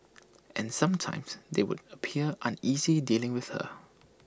and sometimes they would appear uneasy dealing with her